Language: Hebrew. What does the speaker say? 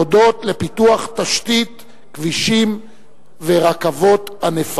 הודות לפיתוח תשתית כבישים ורכבות ענפה.